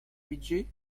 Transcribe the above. budget